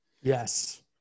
Yes